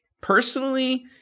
personally